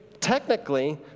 Technically